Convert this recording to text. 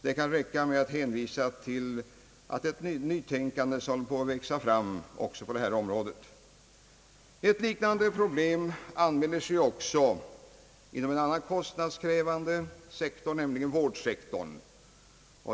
Det kan räcka med att hänvisa till ett nytänkande som håller på att växa fram på detta område. Liknande problem anmäler sig också inom en annan kostnadskrävande sektor nämligen vårdsektorn.